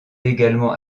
également